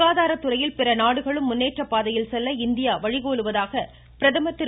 சுகாதார துறையில் பிற நாடுகளும் முன்னேற்றப்பாதையில் செல்ல இந்தியா வழிகோலுவதாக பிரதமர் திரு